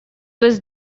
was